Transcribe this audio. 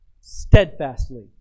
steadfastly